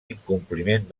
incompliment